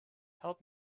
help